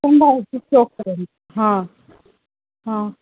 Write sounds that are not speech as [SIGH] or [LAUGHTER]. [UNINTELLIGIBLE] हं हं